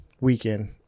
weekend